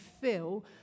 fill